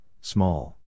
small